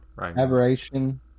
Aberration